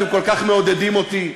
אתם כל כך מעודדים אותי,